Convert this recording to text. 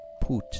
put